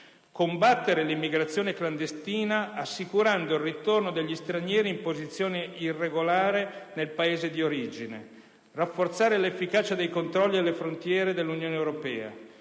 combattere l'immigrazione clandestina assicurando il ritorno degli stranieri in posizione irregolare nel Paese di origine; rafforzare l'efficacia dei controlli alle frontiere dell'Unione europea;